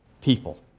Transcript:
people